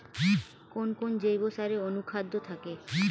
কোন কোন জৈব সারে অনুখাদ্য থাকে?